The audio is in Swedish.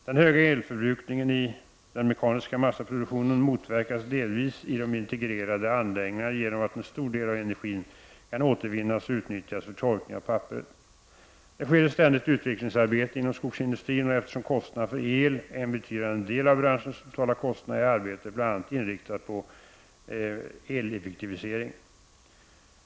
Den höga elförbrukningen i den mekaniska massaproduktionen motverkas delvis i de integrerade anläggningarna genom att en stor del av energin kan återvinnas och utnyttjas för torkning av papperet. Det sker ett ständigt utvecklingsarbete inom skogsindustrin, och eftersom kostnaderna för el är en betydande del av branschens totala kostnader är arbetet bl.a. inriktat på eleffektivisering.